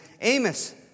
Amos